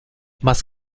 más